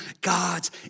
God's